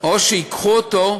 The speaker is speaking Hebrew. או שייקחו אותו,